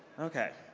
okay.